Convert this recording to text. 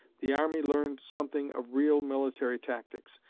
the army learned something of real military tactics,